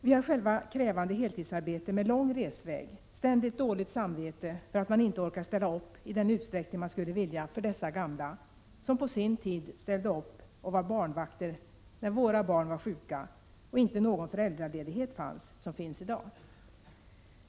Vi har själva krävande heltidsarbeten med lång resväg, ständigt dåligt samvete för att man inte orkar ställa upp i den utsträckning man skulle vilja för dessa gamla som på sin tid ställde upp och var barnvakter när våra barn var sjuka och inte någon föräldraledighet fanns av det slag som finns i dag.